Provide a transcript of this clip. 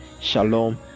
shalom